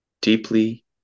Deeply